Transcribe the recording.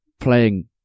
playing